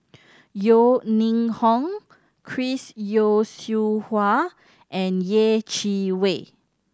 Yeo Ning Hong Chris Yeo Siew Hua and Yeh Chi Wei